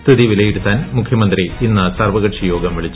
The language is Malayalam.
സ്ഥിതി വിലയിരുത്താൻ മുഖ്യമന്ത്രി ഇന്ന് സർവകക്ഷിയോഗം വിളിച്ചു